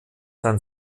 sein